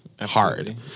Hard